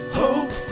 hope